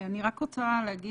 אני רק רוצה להגיד